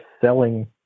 selling